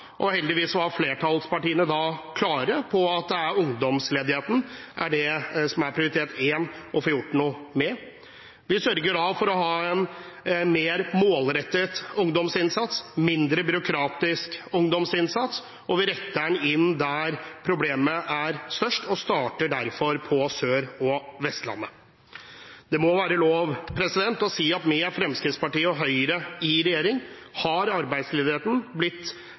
og heldigvis var flertallspartiene da klare på at ungdomsledigheten er prioritet én å få gjort noe med. Vi sørger for å ha en mer målrettet ungdomsinnsats, en mindre byråkratisk ungdomsinnsasts. Vi retter den inn mot der problemet er størst, og starter derfor på Sør- og Vestlandet. Det må være lov å si at med Fremskrittspartiet og Høyre i regjering har arbeidsledigheten blitt